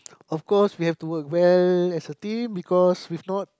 of course we have to work well as a team because if not